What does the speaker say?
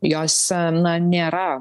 jos na nėra